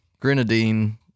grenadine